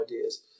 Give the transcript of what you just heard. ideas